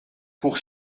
pour